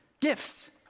Gifts